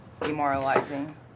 demoralizing